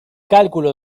cálculo